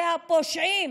זה הפושעים,